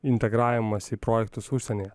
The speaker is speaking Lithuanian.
integravimas į projektus užsienyje